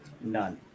None